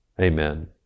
amen